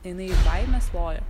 jinai iš baimės loja